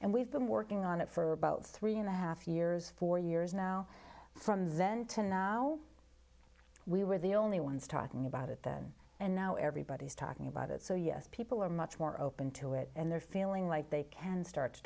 and we've been working on it for about three and a half years four years now from then till now we were the only ones talking about it then and now everybody's talking about it so yes people are much more open to it and they're feeling like they can start to